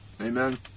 Amen